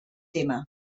tema